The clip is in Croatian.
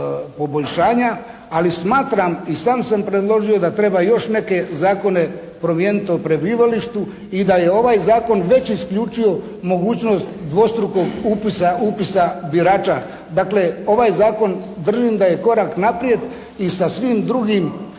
Ali smatram i sam sam predložio da treba i još neke zakone promijeniti o prebivalištu i da je ovaj zakon već isključio mogućnost dvostrukog upisa birača. Dakle ovaj zakon držim da je korak naprijed i sa svim drugim